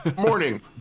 Morning